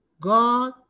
God